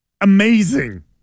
amazing